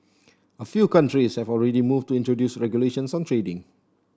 a few countries have already moved to introduce regulations on trading